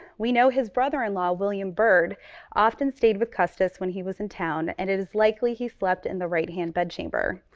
we know his brother-in-law william byrd often stayed with custis when he was in town and it is likely he slept in the right-hand bed chamber.